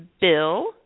Bill